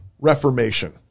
reformation